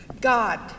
God